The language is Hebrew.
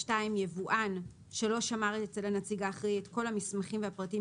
(26ד2)יבואן שלא שמר אצל הנציג האחראי את כל המסמכים והפרטים